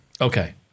Okay